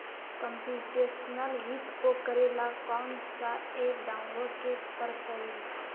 computational वित्त को करे ला कौन स ऐप डाउनलोड के परतई